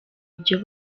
ibyo